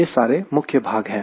यह सारे मुख्य भाग है